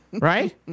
Right